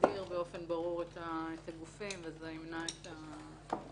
באופן ברור את הגופים, זה ימנע את הבלגן.